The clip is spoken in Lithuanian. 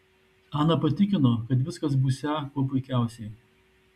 ana patikino kad viskas būsią kuo puikiausiai